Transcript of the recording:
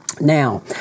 Now